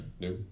no